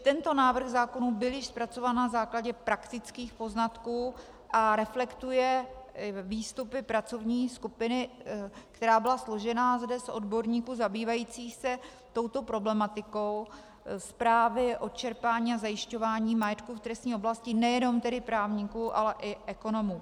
Tento návrh zákona byl již zpracován na základě praktických poznatků a reflektuje výstupy pracovní skupiny, která byla složena z odborníků zabývajících se touto problematikou správy čerpání a zajišťování majetku v trestní oblasti, nejenom tedy právníků, ale i ekonomů.